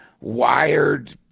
wired